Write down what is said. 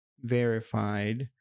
verified